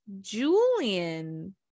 julian